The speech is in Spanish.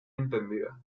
entendida